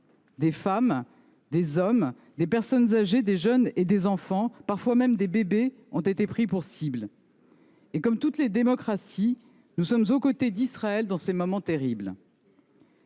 Des femmes et des hommes, des personnes âgées, des jeunes et des enfants, parfois même des bébés, ont été pris pour cibles. Comme toutes les démocraties, nous sommes aux côtés d’Israël dans ces moments terribles.